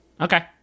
Okay